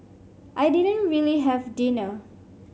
I didn't really have dinner